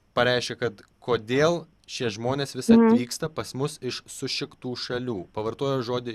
pareiškė kad kodėl šie žmonės visad vyksta pas mus iš sušiktų šalių pavartojo žodį